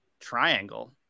triangle